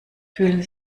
fühlen